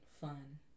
fun